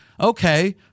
okay